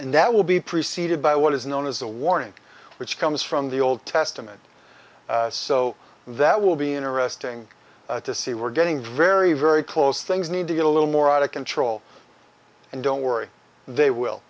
and that will be preceded by what is known as a warning which comes from the old testament so that will be interesting to see we're getting very very close things need to get a little more out of control and don't worry they will